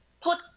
put